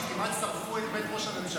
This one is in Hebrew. שכמעט שרפו את בית ראש הממשלה